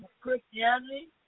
Christianity